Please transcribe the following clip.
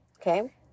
okay